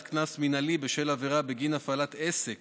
קנס מינהלי בשל עבירה בגין הפעלת עסק